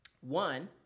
one